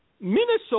Minnesota